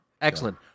Excellent